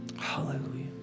Hallelujah